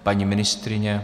Paní ministryně?